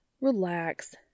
Relax